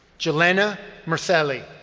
gilena merselli.